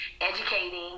educating